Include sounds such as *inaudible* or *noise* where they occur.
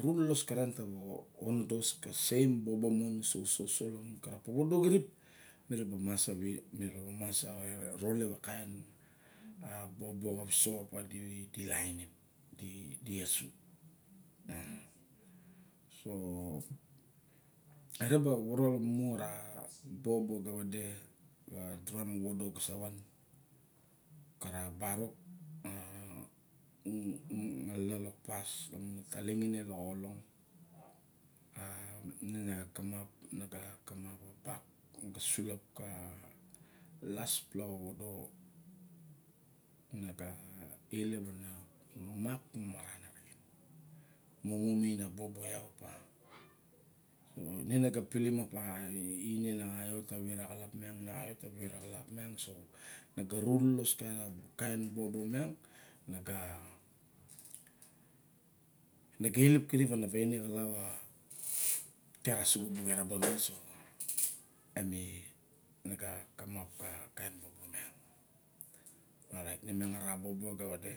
Rulalos karen tava onodos ka same bobo mon uso, uso, uso kara popodo kirip mi raba mas a vet mi raba mas a ralep a kain bobo ka visok opa di, lain di esu. *unintelligible* e taba vovoro mu a ra bobo ga vade, ka dura vovoro ga sa van. A ra barok a xalana lok pas lamun a talinge lok o long. *hesitation* a ine na kamap na ga kamap pas a ga sulap ka laspla vovodo, na ga ilep a mak ma, mumu ninin a bobo iak ma. Ine na ga pilim opa ine na xa iot ta wa vet a xalap miang, na xa iot ta wa vet a xalap miang, na xa iot ta wa vet a xalap miang, na ga ru loloa ka na kain bobo miang na ga ilep girip, na ga ilep kirip a na dix di ga eraba me. So em i na ga kamap ara bobo ega vade.